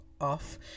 off